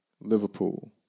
Liverpool